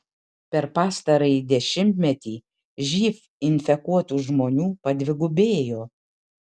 per pastarąjį dešimtmetį živ infekuotų žmonių padvigubėjo